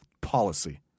policy